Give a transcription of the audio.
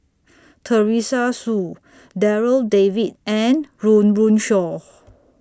Teresa Hsu Darryl David and Run Run Shaw